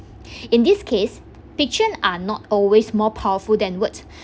in this case picture are not always more powerful than words